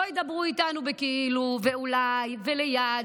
שלא ידברו איתנו ב"כאילו" ו"אולי" ו"ליד".